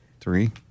Three